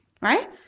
Right